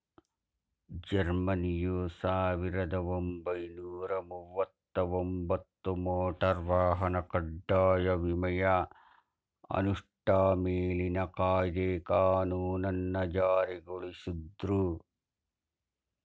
ಜರ್ಮನಿಯು ಸಾವಿರದ ಒಂಬೈನೂರ ಮುವತ್ತಒಂಬತ್ತು ಮೋಟಾರ್ ವಾಹನ ಕಡ್ಡಾಯ ವಿಮೆಯ ಅನುಷ್ಠಾ ಮೇಲಿನ ಕಾಯ್ದೆ ಕಾನೂನನ್ನ ಜಾರಿಗೊಳಿಸುದ್ರು